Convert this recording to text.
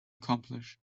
accomplish